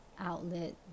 outlet